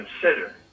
consider